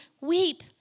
weep